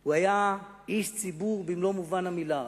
הוא היה איש ציבור במלוא מובן המלה,